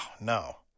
no